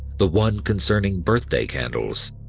the one concerning birthday candles.